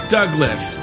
Douglas